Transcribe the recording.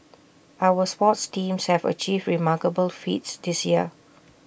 our sports teams have achieved remarkable feats this year